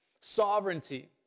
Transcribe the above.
Sovereignty